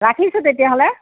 ৰাখিছোঁ তেতিয়াহ'লে